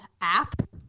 app